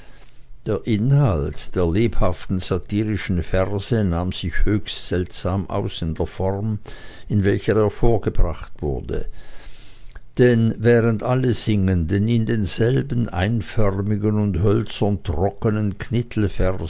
der inhalt der lebhaften satirischen verse nahm sich höchst seltsam aus in der form in welcher er vorgebracht wurde denn während alle singenden in denselben einförmigen und hölzern trockenen